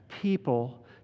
people